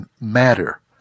matter